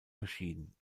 verschieden